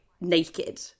naked